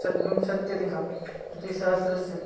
षड्विंशत्यधिकद्विसहस्रस्य